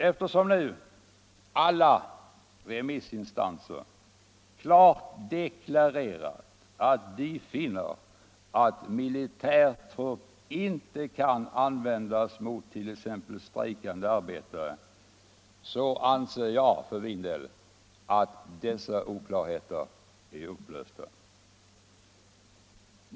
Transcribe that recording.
Eftersom nu alla remissinstanser klart deklarerar att de finner att militär trupp inte kan användas mot t.ex. strejkande arbetare så anser jag för min del att dessa oklarheter är upplösta.